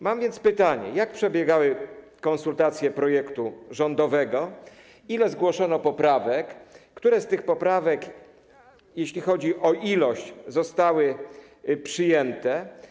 Mam więc pytanie: Jak przebiegały konsultacje projektu rządowego, ile zgłoszono poprawek, które z tych poprawek, jeśli chodzi o ilość, zostały przyjęte?